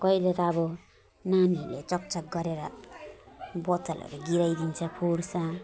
कहिले त अब नानीहरूले चकचक गरेर बोतलहरू गिराइदिन्छ फुट्छ